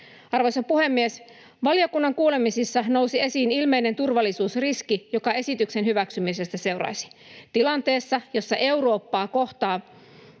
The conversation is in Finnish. Arvoisa puhemies! Valiokunnan kuulemisissa nousi esiin ilmeinen turvallisuusriski, joka esityksen hyväksymisestä seuraisi. Tilanteessa, jossa Eurooppaa kohtaa